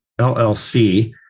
LLC